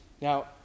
Now